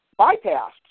bypassed